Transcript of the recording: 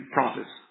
prophets